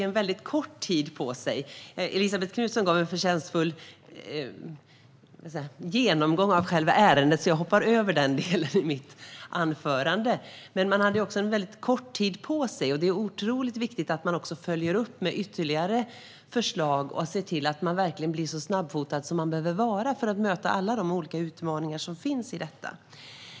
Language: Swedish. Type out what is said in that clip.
Elisabet Knutsson gav en förtjänstfull genomgång av själva ärendet, så jag hoppar över den delen i mitt anförande. Man hade kort tid på sig, och det är otroligt viktigt att man följer upp med ytterligare förslag och ser till att verkligen bli så snabbfotad som man behöver vara för att möta alla de olika utmaningar som finns i detta.